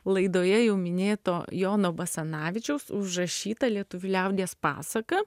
laidoje jau minėto jono basanavičiaus užrašyta lietuvių liaudies pasaka